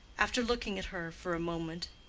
after looking at her for a moment,